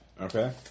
Okay